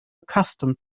accustomed